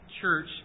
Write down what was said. church